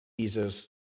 Jesus